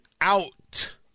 out